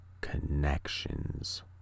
connections